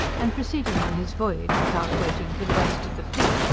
and proceeding on his voyage without waiting for the rest of the fleet,